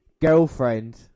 girlfriend